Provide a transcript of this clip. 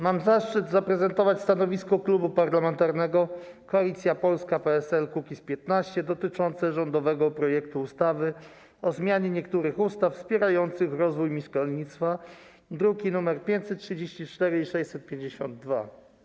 Mam zaszczyt zaprezentować stanowisko Klubu Parlamentarnego Koalicja Polska - PSL - Kukiz15 dotyczące rządowego projektu ustawy o zmianie niektórych ustaw wspierających rozwój mieszkalnictwa, druki nr 534 i 652.